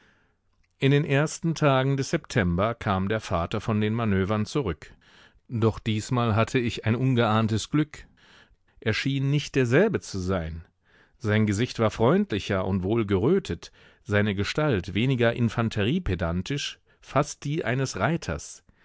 in den ersten tagen des september kam der vater von den manövern zurück doch diesmal hatte ich ein ungeahntes glück er schien nicht derselbe zu sein sein gesicht war freundlicher und wohl gerötet seine gestalt weniger infanteriepedantisch fast die eines reiters